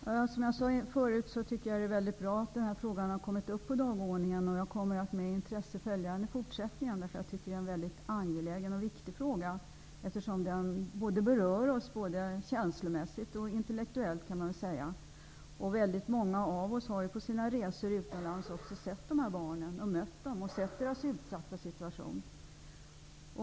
Fru talman! Som jag sade tidigare tycker jag att det är väldigt bra att den här frågan har kommit upp på dagordningen. Jag kommer med intresse att följa den i fortsättningen, eftersom jag menar att det är en mycket angelägen och viktig fråga. Den berör oss både känslomässigt och intellektuellt, och väldigt många av oss har på resor utomlands också sett dessa barn, mött dem och uppmärksammat deras utsatta situation.